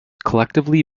collectively